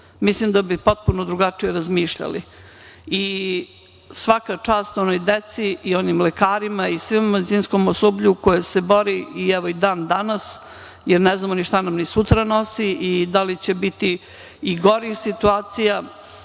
Mislim, da bi potpuno drugačije razmišljali. Svaka čast onoj deci i onim lekarima i svom medicinskom osoblju koje se bori, evo i dan danas, jer ne znamo ni šta sutra nosi i da li će biti i gorih situacija,